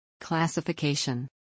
Classification